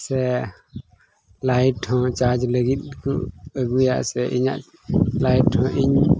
ᱥᱮ ᱞᱟᱭᱤᱴ ᱦᱚᱸ ᱪᱟᱨᱡᱽ ᱞᱟᱹᱜᱤᱫ ᱠᱚ ᱟᱹᱜᱩᱭᱟ ᱥᱮ ᱤᱧᱟᱹᱜ ᱞᱟᱹᱭᱤᱴ ᱦᱚᱸ ᱤᱧ